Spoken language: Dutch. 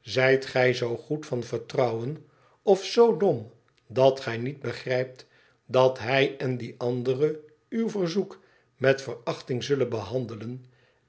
zijt gij zoo goed van vertrouwen of zoo dom dat gij niet begrijpt dat hij en die andere uw verzoek met verachting zullen behandelen